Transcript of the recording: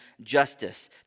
justice